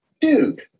Dude